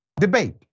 Debate